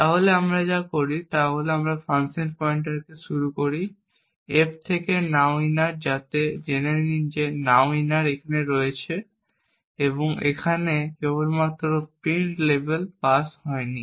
তাহলে আমরা যা করি তা হল আমরা ফাংশন পয়েন্টারকে শুরু করি f থেকে nowinner যাতে জেনে নিন যে nowinner এখানে রয়েছে এবং এটি কেবলমাত্র প্রিন্ট লেভেল পাস হয়নি